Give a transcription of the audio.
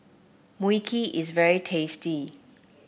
Mui Kee is very tasty